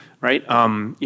right